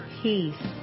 peace